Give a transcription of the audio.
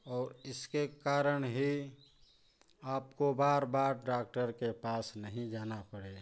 और इसके कारण ही आपको बार बार डॉक्टर के पास नहीं जाना पड़े